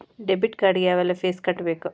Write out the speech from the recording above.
debit card ಗೆ ಯಾವ್ಎಲ್ಲಾ fees ಕಟ್ಬೇಕು